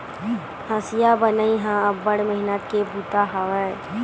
हँसिया बनई ह अब्बड़ मेहनत के बूता हरय